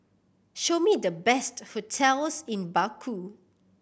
show me the best hotels in Baku